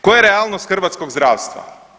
Koja je realnost hrvatskog zdravstva?